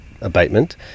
abatement